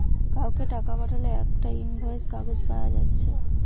কাউকে টাকা পাঠালে একটা ইনভয়েস কাগজ পায়া যাচ্ছে